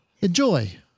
Enjoy